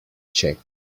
check